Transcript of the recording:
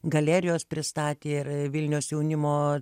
galerijos pristatė ir vilniaus jaunimo